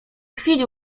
chwili